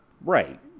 right